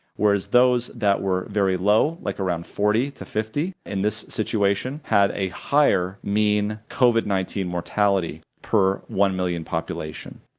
whereas those that were very low, like around forty to fifty in this situation, had a higher mean covid nineteen mortality per one million population.